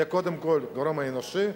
קודם כול הגורם האנושי,